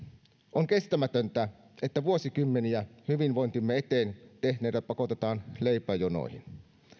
on kestämätöntä että vuosikymmeniä hyvinvointimme eteen tehneitä pakotetaan leipäjonoihin